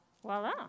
voila